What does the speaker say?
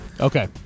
Okay